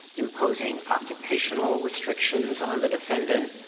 imposing occupational restrictions on the defendant,